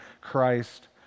Christ